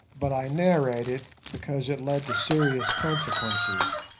but i narrate it because it led to serious consequences.